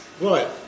right